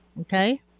Okay